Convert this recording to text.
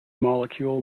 molecule